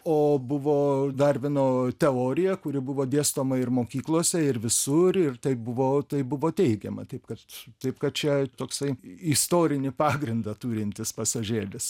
o buvo darvino teorija kuri buvo dėstoma ir mokyklose ir visur ir taip buvo taip buvo teikiama taip kad taip kad čia toksai istorinį pagrindą turintis pasažėlis